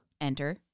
Enter